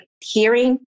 hearing